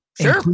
Sure